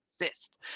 exist